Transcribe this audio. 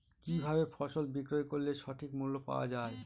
কি ভাবে ফসল বিক্রয় করলে সঠিক মূল্য পাওয়া য়ায়?